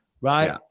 right